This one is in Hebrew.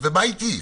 מה איתי?